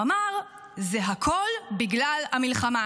הוא אמר: זה הכול בגלל המלחמה.